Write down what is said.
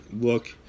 Look